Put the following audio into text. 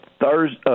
Thursday